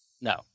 No